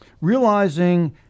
Realizing